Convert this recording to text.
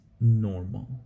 normal